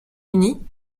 uni